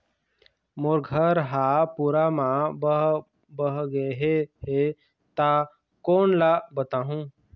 मोर घर हा पूरा मा बह बह गे हे हे ता कोन ला बताहुं?